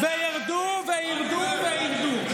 וירדו, עוד ועוד.